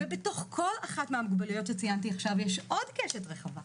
ובתוך כל אחת מהמוגבלויות שציינתי עכשיו יש עוד קשת רחבה,